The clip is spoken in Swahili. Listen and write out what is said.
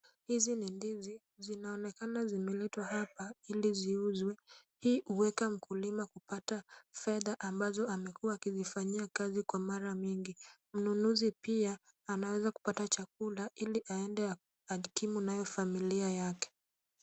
Hizi ni ndizi zinaonekana zimeletwa hapa, ili ziuzwe. Hii uweka mkulima kupata fedha ambazo amekuwa akizifanyia kazi kwa mara mingi. Mnunuzi pia anaweza kupata chakula ili aende akajikimu nayo familia yake.